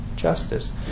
justice